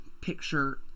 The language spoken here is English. picture